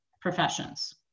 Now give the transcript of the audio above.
professions